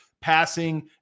passing